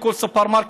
לכל סופרמרקט,